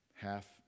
half